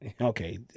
Okay